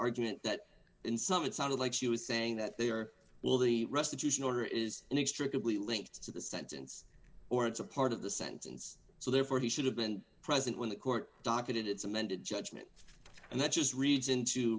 argument that in some it sounded like she was saying that they are well the restitution order is inextricably linked to the sentence or it's a part of the sentence so therefore he should have been present when the court docket it's amended judgment and that just reads in to